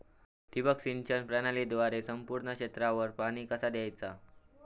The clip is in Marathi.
ठिबक सिंचन प्रणालीद्वारे संपूर्ण क्षेत्रावर पाणी कसा दयाचा?